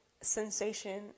sensation